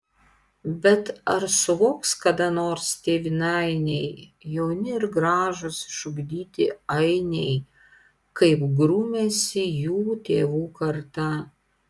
bet ar suvoks kada nors tėvynainiai jauni ir gražūs išugdyti ainiai kaip grūmėsi jų tėvų karta